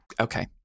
Okay